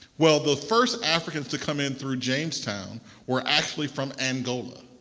well, the first africans to come in through jamestown were actually from angola.